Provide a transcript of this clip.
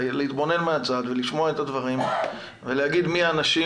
להתבונן מהצד ולשמוע את הדברים ולהגיד מי האנשים